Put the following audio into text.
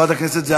חבר הכנסת שמולי.